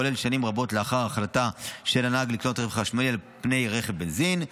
כולל שנים רבות לאחר ההחלטה של הנהג לקנות רכב חשמלי ולא רכב בנזין,